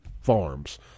Farms